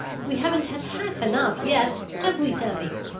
we haven't had half enough yet, have we, sammy?